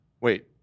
Wait